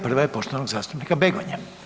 Prva je poštovanog zastupnika Begonje.